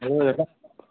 hello দাদা